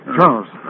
Charles